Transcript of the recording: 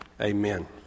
Amen